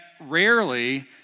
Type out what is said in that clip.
rarely